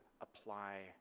apply